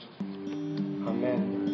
Amen